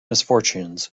misfortunes